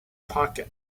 pocket